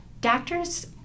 doctors